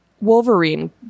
Wolverine